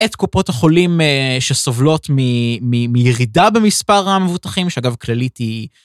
את קופות החולים אה... שסובלות מ מירידה במספר המבוטחים, שאגב כללית היא...